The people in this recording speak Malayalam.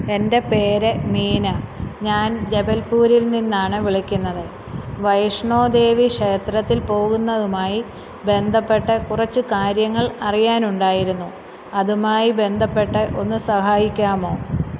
എൻ്റെ പേര് മീന ഞാൻ ജബൽപൂരിൽ നിന്നാണ് വിളിക്കുന്നത് വൈഷ്ണോ ദേവി ക്ഷേത്രത്തിൽ പോകുന്നതുമായി ബന്ധപ്പെട്ട് കുറച്ച് കാര്യങ്ങൾ അറിയാനുണ്ടായിരുന്നു അതുമായി ബന്ധപ്പെട്ട് ഒന്ന് സഹായിക്കാമോ